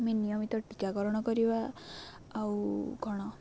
ଆମେ ନିୟମିତ ଟୀକାକରଣ କରିବା ଆଉ କ'ଣ